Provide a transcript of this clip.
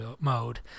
mode